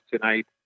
tonight